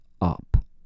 up